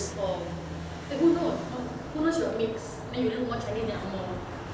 oh eh who knows not who knows you're mix then you look more chinese that ang moh